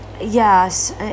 yes